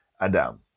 Adam